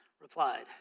replied